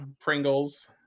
Pringles